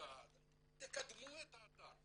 תקדמו את האתר.